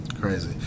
Crazy